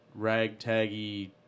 ragtaggy